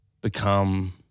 become